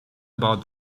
about